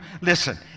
listen